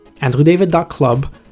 andrewdavid.club